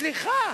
סליחה,